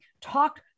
talk